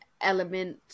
element